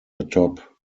atop